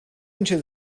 into